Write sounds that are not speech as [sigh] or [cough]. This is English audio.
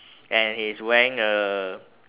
[breath] and he's wearing a